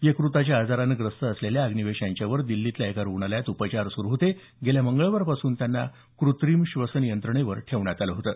यकताच्या आजारानं ग्रस्त असलेल्या अग्निवेश यांच्यावर दिल्लीतल्या एका रुग्णालयात उपचार सुरू होते गेल्या मंगळवारपासून त्यांना क्रत्रिम श्वसन यंत्रणेवर ठेवण्यात आलं होतं